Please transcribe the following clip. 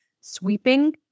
sweeping